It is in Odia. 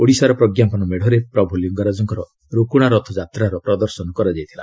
ଓଡ଼ିଶାର ପ୍ରଜ୍ଞାପନ ମେଡ଼ରେ ପ୍ରଭୁ ଲିଙ୍ଗରାଜଙ୍କ ରୁକୁଣା ରଥ ଯାତ୍ରାର ପ୍ରଦର୍ଶନ ହୋଇଥିଲା